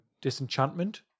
Disenchantment